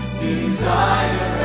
desire